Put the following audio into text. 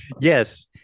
yes